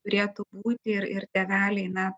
turėtų būti ir tėveliai na